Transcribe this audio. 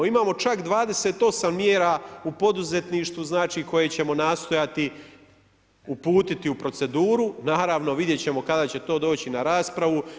Imamo čak 28 mjera u poduzetništvu znači koje ćemo nastojati uputiti u proceduru, naravno vidjeti ćemo kada će to doći na raspravu.